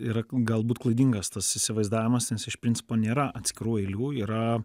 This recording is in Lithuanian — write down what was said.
yra galbūt klaidingas tas įsivaizdavimas nes iš principo nėra atskirų eilių yra